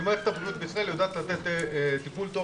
כי מערכת הבריאות בישראל יודעת לתת טיפול טוב.